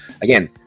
again